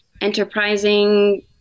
enterprising